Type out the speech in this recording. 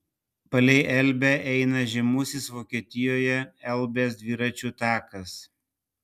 palei elbę eina žymusis vokietijoje elbės dviračių takas